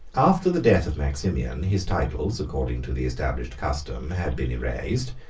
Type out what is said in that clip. after the death of maximian, his titles, according to the established custom, had been erased,